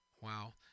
Wow